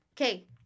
okay